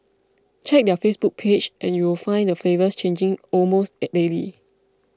check their Facebook page and you will find the flavours changing almost